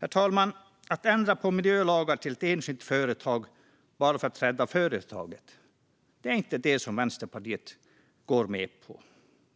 Herr talman! Att ändra på miljölagar till ett enskilt företag bara för att rädda företaget är inte det som Vänsterpartiet går med på.